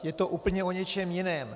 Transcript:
Je to úplně o něčem jiném.